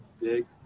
big